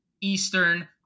Eastern